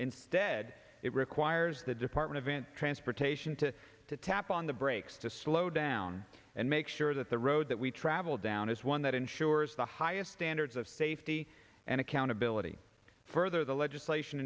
instead it requires the department of transportation to tap on the brakes to slow down and make sure that the road that we travel down is one that ensures the highest standards of safety and accountability further the legislation